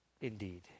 Indeed